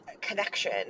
connection